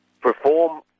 perform